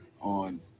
on